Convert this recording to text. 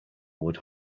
would